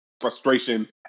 frustration